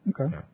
Okay